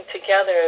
together